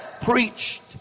preached